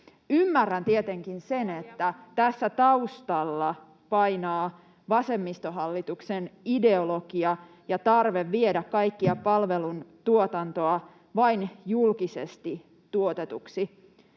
Ymmärrän tietenkin sen, että tässä taustalla painaa vasemmistohallituksen ideologia ja tarve viedä kaikkea palveluntuotantoa vain julkisesti tuotetuksi.